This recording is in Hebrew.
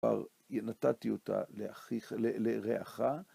כבר נתתי אותה לאחיך... לרעך.